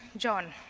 john.